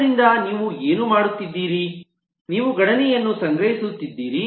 ಆದ್ದರಿಂದ ನೀವು ಏನು ಮಾಡುತ್ತಿದ್ದೀರಿ ನೀವು ಗಣನೆಯನ್ನು ಸಂಗ್ರಹಿಸುತ್ತಿದ್ದೀರಿ